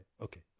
okay